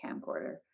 camcorder